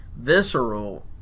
visceral